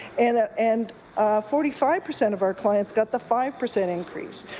and ah and forty five percent of our clients got the five percent increase.